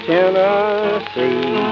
Tennessee